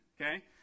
okay